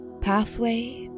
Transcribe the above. pathway